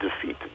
defeat